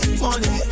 money